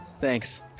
Thanks